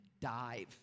dive